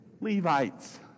Levites